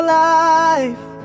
life